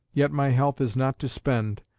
yet my health is not to spend,